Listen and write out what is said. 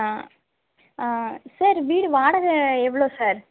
ஆ ஆ சார் வீடு வாடகை எவ்வளோ சார்